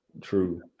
true